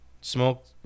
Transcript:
smoke